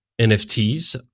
nfts